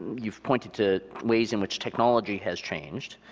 you've pointed to ways in which technology has changed.